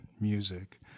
music